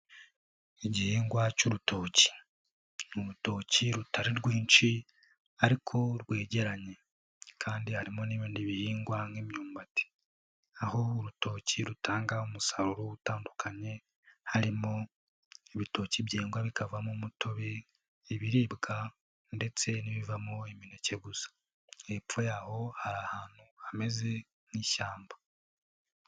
Igihingwa cy'urutoki, urutoki rutare rwinshi ariko rwegeranye kandi harimo n'ibindi bihingwa nk'imyumbati, aho urutoki rutanga umusaruro utandukanye harimo ibitoki byengwa bikavamo umutobe, ibiribwa ndetse n'ibivamo imineke yo kurya, hepfo y'aho hari ahantu hameze nk'ishyamba.